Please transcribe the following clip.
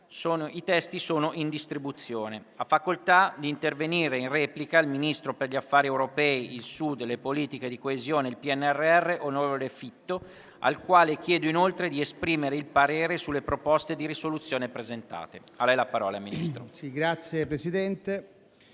I testi sono in distribuzione. Ha facoltà di intervenire il Ministro per gli affari europei, il Sud, le politiche di coesione e il PNRR, onorevole Fitto, al quale chiedo anche di esprimere il parere sulle proposte di risoluzione presentate.